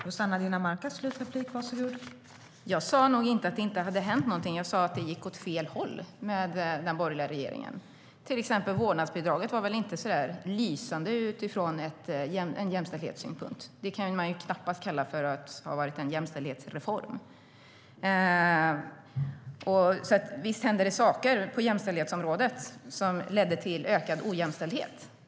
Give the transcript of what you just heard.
Fru talman! Jag sa nog inte att det inte hade hänt någonting. Jag sa att det gick åt fel håll med den borgerliga regeringen. Till exempel var väl inte vårdnadsbidraget så lysande utifrån en jämställdhetssynpunkt. Det kan man knappast kalla för en jämställdhetsreform. Visst hände det saker på jämställdhetsområdet som ledde till ökad ojämställdhet.